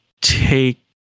take